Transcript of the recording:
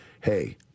hey